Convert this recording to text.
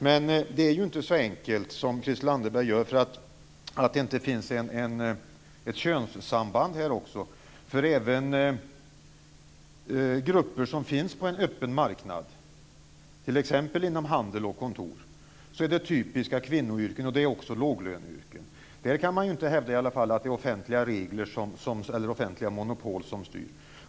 Men det är inte så enkelt som Christel Anderberg gör det när hon bortser från att det här också finns ett könssamband. Även bland grupper som finns på en öppen marknad, t.ex. inom handel och kontor, är typiska kvinnoyrken också låglöneyrken. Där kan man i varje fall inte hävda att det är offentliga monopol som styr.